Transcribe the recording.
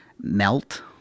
melt